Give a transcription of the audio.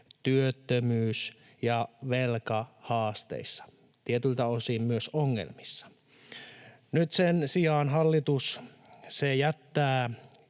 työttömyys‑ ja velkahaasteissa, tietyiltä osin myös ‑ongelmissa. Nyt sen sijaan hallitus jättää